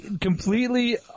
Completely